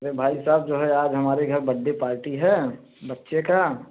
अरे भाई साहब जो है आज हमारे घर बड्डे पार्टी है बच्चे का